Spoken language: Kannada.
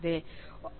V O L T A